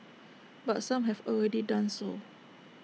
but some have already done so